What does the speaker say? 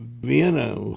Vienna